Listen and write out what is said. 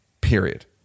period